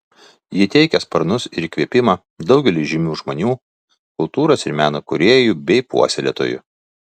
ji teikė sparnus ir įkvėpimą daugeliui žymių žmonių kultūros ir meno kūrėjų bei puoselėtojų